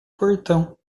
portão